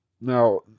Now